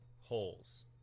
holes